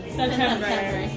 September